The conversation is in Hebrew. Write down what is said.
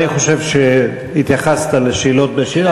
אני חושב שהתייחסת לשאלות בשאילתה,